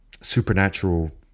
supernatural